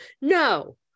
No